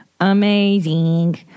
amazing